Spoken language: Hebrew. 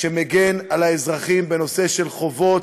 שמגן על האזרחים בנושא של חובות,